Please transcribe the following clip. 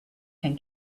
can